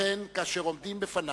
לכן, כאשר עומדות בפני